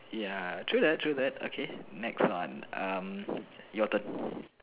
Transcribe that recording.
ya true that true that okay next one um your turn